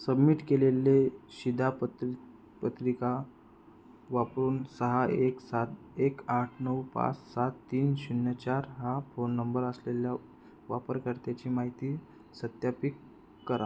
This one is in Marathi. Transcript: सबमिट केलेले शिधापत्रि पत्रिका वापरून सहा एक सात एक आठ नऊ पाच सात तीन शून्य चार हा फोन नंबर असलेल्या वापरकर्त्याची माहिती सत्यापित करा